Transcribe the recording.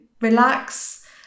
relax